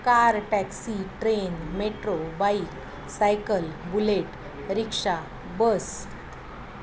car taxi train metro bike cycle bullet rickshaw bus